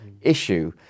issue